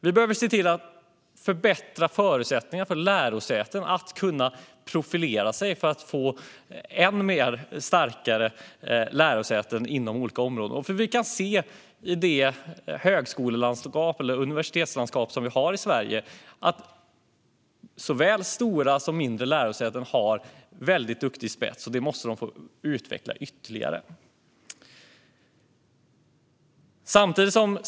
Vi behöver se till att förbättra förutsättningarna för lärosäten att profilera sig för att vi ska få än starkare lärosäten inom olika områden. Vi kan se i det högskolelandskap eller det universitetslandskap som vi har i Sverige att såväl stora som mindre lärosäten har en väldigt duktig spets, och det måste de få utveckla ytterligare.